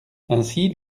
ainsi